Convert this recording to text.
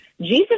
Jesus